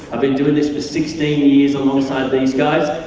i've been doing this for sixteen years alongside these guys,